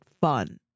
fun